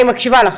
אני מקשיבה.